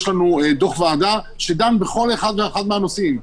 יש לנו דוח ועדה שדן בכל אחד ואחד מהנושאים,